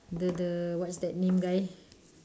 the the what is that name guy